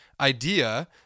Idea